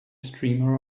streamer